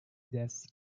death